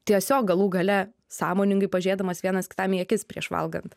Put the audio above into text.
tiesiog galų gale sąmoningai pažėdamas vienas kitam į akis prieš valgant